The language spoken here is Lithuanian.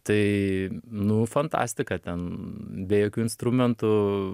tai nu fantastika ten be jokių instrumentų